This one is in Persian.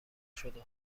شده